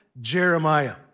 Jeremiah